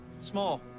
small